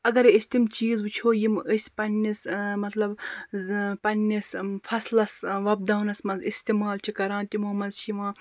اَگر أسۍ تِم چیٖز وُچھَو یِم أسۍ پَنٕنِس مطلب پَنٕنِس فَصلَس وۄپدانَس منٛز اِستعمال چھِ کران تِمو منٛز چھُ یِوان اکھ